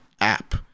app